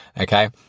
Okay